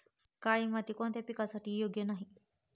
काळी माती कोणत्या पिकासाठी योग्य नाही?